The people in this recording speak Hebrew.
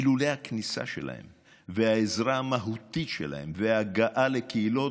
אילולא הכניסה שלהם והעזרה המהותית שלהם וההגעה לקהילות,